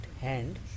hand